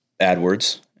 AdWords